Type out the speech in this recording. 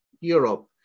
Europe